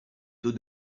taux